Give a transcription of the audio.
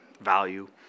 value